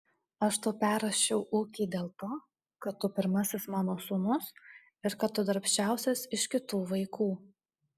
aš tau perrašiau ūkį dėl to kad tu pirmasis mano sūnus ir kad tu darbščiausias iš kitų vaikų